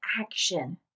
action